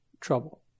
trouble